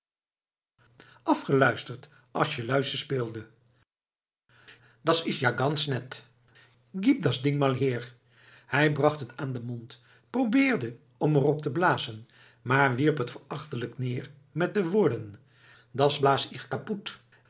afgeluisterd als jelui ze speelde das ist ja ganz nett gib das ding mal her hij bracht het aan den mond probeerde om er op te blazen maar wierp het verachtelijk neer met de woorden das